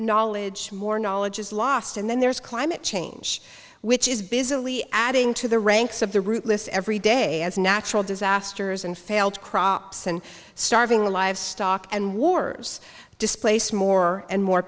knowledge more knowledge is lost and then there is climate change which is busily adding to the ranks of the rootless every day as natural disasters and failed crops and starving livestock and wars displace more and more